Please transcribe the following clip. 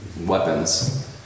Weapons